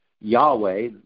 Yahweh